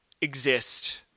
exist